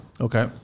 Okay